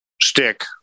stick